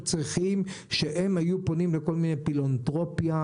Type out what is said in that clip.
הם היו פונים לכל מיני פילנתרופים,